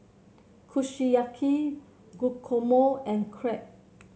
Kushiyaki Guacamole and Crepe